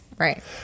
Right